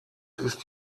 ist